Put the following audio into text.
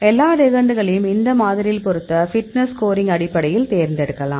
எல்லா லிகெண்டுகளையும் இந்த மாதிரியில் பொருத்த பிட்னஸ் ஸ்கோரிங் அடிப்படையில் தேர்ந்தெடுக்கலாம்